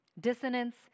Dissonance